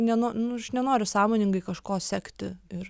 ne nu nu aš nenoriu sąmoningai kažko sekti ir